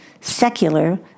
secular